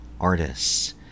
artists